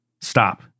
Stop